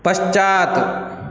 पश्चात्